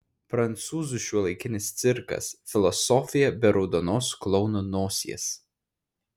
prancūzų šiuolaikinis cirkas filosofija be raudonos klouno nosies